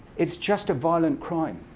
it's just a violent crime.